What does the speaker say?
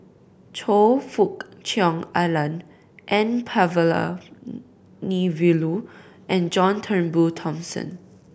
Choe Fook Cheong Alan N Palanivelu and John Turnbull Thomson